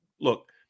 look